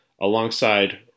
alongside